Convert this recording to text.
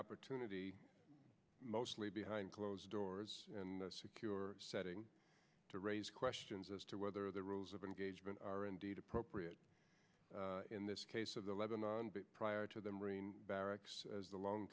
opportunity mostly behind closed doors and secure setting to raise questions as to whether the rules of engagement are indeed appropriate in this case of the lebanon prior to the marine barracks as the long